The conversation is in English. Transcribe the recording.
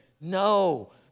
No